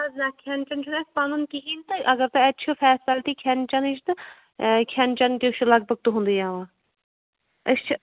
نہٕ حظ نہ کھیٚن چیٚن چھُنہٕ اسہِ پَنُن کِہیٖنۍ تہٕ اگر تۄہہِ اتہِ چھِو فیسلٹی کھٮ۪ن چٮ۪نٕچ تہٕ کھٮ۪ن چٮ۪ن چھُ لگ بگ تُہُنٛدُے آ أسۍ چھِ